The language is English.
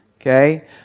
Okay